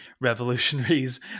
revolutionaries